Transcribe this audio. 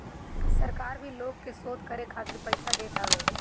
सरकार भी लोग के शोध करे खातिर पईसा देत हवे